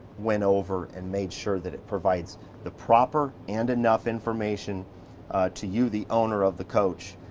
went over and made sure that it provides the proper and enough information to you, the owner of the coach,